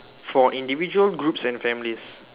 for individual groups and families